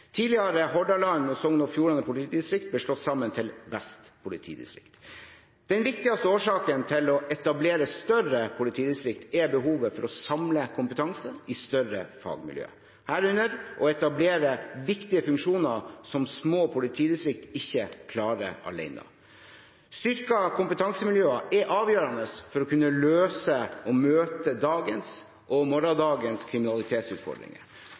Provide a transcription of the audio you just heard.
Tidligere Hordaland politidistrikt og Sogn og Fjordane politidistrikt ble slått samen til Vest politidistrikt. Den viktigste årsaken til å etablere større politidistrikt er behovet for å samle kompetanse i større fagmiljø, herunder å etablere viktige funksjoner som små politidistrikt ikke klarer alene. Styrkede kompetansemiljøer er avgjørende for å kunne løse og møte dagens og morgendagens kriminalitetsutfordringer.